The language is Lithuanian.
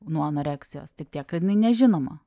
nuo anoreksijos tik tiek kad jinai nežinoma